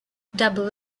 double